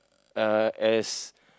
uh as